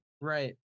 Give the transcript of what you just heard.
right